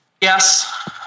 Yes